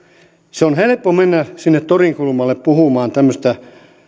se on helppo mennä sinne torin kulmalle puhumaan tämmöistä